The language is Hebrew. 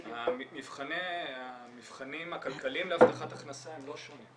המבחנים הכלכליים להבטחת הכנסה הם לא שונים.